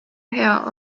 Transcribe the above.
hea